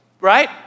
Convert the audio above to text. Right